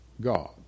God